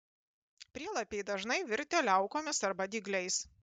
prielapiai dažnai virtę liaukomis arba dygliais